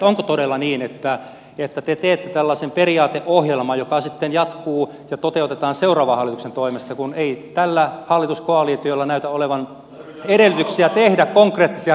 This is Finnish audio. onko todella niin että te teette tällaisen periaateohjelman joka sitten jatkuu ja toteutetaan seuraavan hallituksen toimesta kun ei tällä hallituskoalitiolla näytä olevan edellytyksiä tehdä konkreettisia ratkaisuja